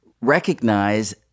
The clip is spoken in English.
recognize